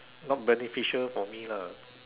not beneficial for me lah